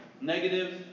negative